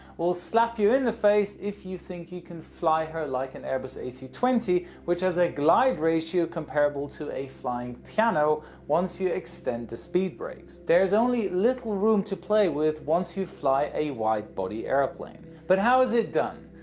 will slap you in the face if you think you can fly her like an airbus a three two zero, which has a glide ratio comparable to a flying piano once you extend to speed breaks. there is only little room to play with once you fly a wide-body airplane. but how is it done?